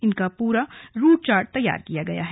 इनका पूरा रूटचार्ट तैयार किया गया है